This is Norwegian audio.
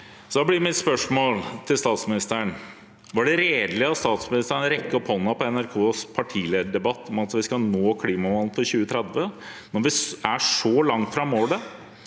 Da blir mine spørsmål til statsministeren: Var det redelig av statsministeren å rekke opp hånden på NRKs partilederdebatt om at vi skal nå klimamålene i 2030, når vi er så langt fra målet?